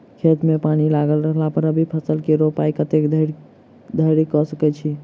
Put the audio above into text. खेत मे पानि लागल रहला पर रबी फसल केँ रोपाइ कतेक देरी धरि कऽ सकै छी?